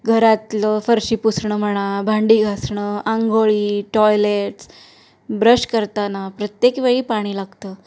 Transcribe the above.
घरातलं फरशी पुसणं म्हणा भांडी घासणं अंघोळी टॉयलेट्स ब्रश करताना प्रत्येक वेळी पाणी लागतं